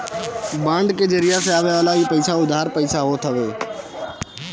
bond के जरिया से आवेवाला इ पईसा उधार पईसा होत हवे